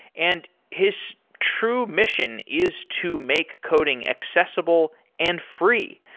and his true mission is to make coding accessible and free.